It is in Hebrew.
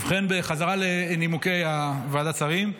בחזרה לנימוקי ועדת השרים.